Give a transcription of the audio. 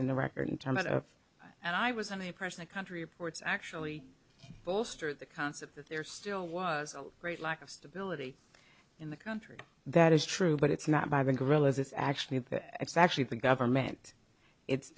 in the record in terms of and i was on the impression the country reports actually bolster the concept that there still was a great lack of stability in the country that is true but it's not by the guerrillas it's actually it's actually the government it's